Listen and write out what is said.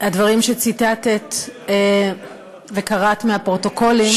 הדברים שציטטת וקראת מהפרוטוקולים,